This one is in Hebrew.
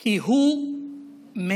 כי הוא מפחד.